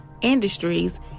industries